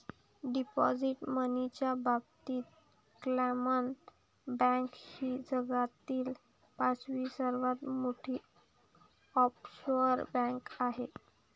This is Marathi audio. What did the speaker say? डिपॉझिट मनीच्या बाबतीत क्लामन बँक ही जगातील पाचवी सर्वात मोठी ऑफशोअर बँक आहे